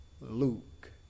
Luke